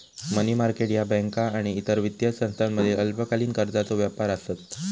मनी market ह्या बँका आणि इतर वित्तीय संस्थांमधील अल्पकालीन कर्जाचो व्यापार आसत